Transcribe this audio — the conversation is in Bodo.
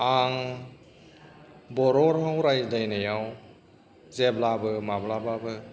आं बर' राव रायज्लायनायाव जेब्लाबो माब्लाबाबो